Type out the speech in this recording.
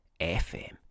FM